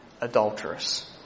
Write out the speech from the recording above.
adulterous